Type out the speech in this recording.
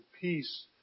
peace